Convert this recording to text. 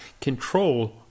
control